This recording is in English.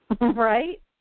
Right